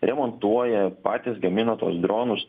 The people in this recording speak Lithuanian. remontuoja patys gamina tuos dronus